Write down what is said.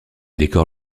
décore